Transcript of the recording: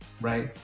right